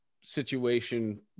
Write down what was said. Situation